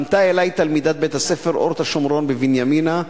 פנתה אלי תלמידת בית-הספר "אורט השומרון" בבנימינה,